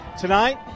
Tonight